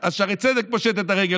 אז שערי צדק פושט את הרגל,